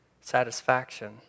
satisfaction